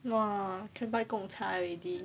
!wah! can buy gong cha already